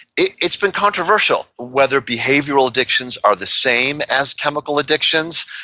it's been controversial, whether behavioral addictions are the same as chemical addictions,